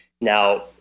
Now